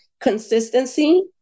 consistency